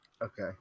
Okay